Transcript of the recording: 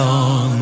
on